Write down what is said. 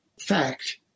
fact